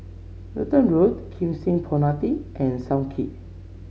Lutheran Road Kim Seng Promenade and Sam Kee